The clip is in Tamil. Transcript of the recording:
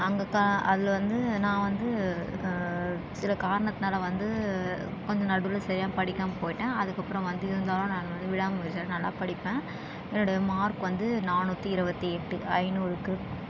அங்கே க அதில் வந்து நான் வந்து சில காரணத்தினால வந்து கொஞ்சம் நடுவில் சரியா படிக்காமல் போய்ட்டேன் அதுக்கு அப்புறம் வந்து இருந்தாலும் நான் வந்து விடா முயற்சியால் நல்லா படிப்பேன் என்னுடைய மார்க் வந்து நானூற்றி இருபத்தி எட்டு ஐந்நூறுக்கு